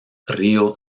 río